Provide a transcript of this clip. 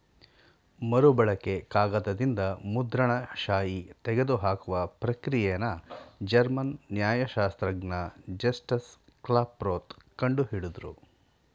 ಮರುಬಳಕೆ ಕಾಗದದಿಂದ ಮುದ್ರಣ ಶಾಯಿ ತೆಗೆದುಹಾಕುವ ಪ್ರಕ್ರಿಯೆನ ಜರ್ಮನ್ ನ್ಯಾಯಶಾಸ್ತ್ರಜ್ಞ ಜಸ್ಟಸ್ ಕ್ಲಾಪ್ರೋತ್ ಕಂಡು ಹಿಡುದ್ರು